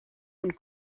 und